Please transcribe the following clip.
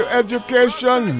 education